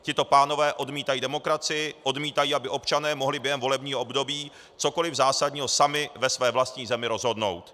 Tito pánové odmítají demokracii, odmítají, aby občané mohli během volebního období cokoli zásadního sami ve své vlastní zemi rozhodnout.